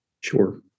Sure